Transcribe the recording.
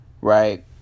right